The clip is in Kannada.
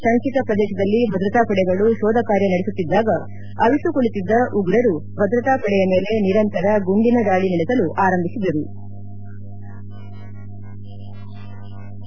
ಶಂಕಿತ ಪ್ರದೇಶದಲ್ಲಿ ಭದ್ರತಾಪಡೆಗಳು ಶೋಧ ಕಾರ್ಯ ನಡೆಸುತ್ತಿದ್ದಾಗ ಅವಿತು ಕುಳಿತಿದ್ದ ಉಗ್ರರು ಭದ್ರತಾ ಪಡೆಯ ಮೇಲೆ ನಿರಂತರ ಗುಂಡಿನ ದಾಳಿ ನಡೆಸಲು ಆರಂಭಿಸಿದರು ಎಂದು ಸೇನಾಮೂಲಗಳು ತಿಳಿಸಿವೆ